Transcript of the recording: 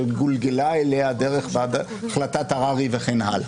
שגולגלה אליה דרך החלטת הררי וכן הלאה.